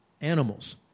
animals